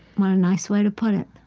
what a nice way to put it